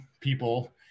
people